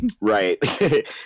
right